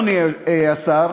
אדוני השר,